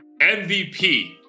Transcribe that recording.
MVP